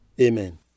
Amen